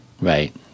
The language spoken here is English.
Right